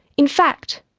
in fact,